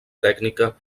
tècnica